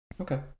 Okay